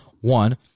one